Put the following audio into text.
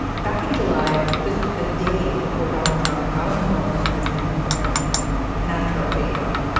back in july just a day before donald trump got on the phone with the president of ukraine and asked for a favor.